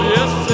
Yes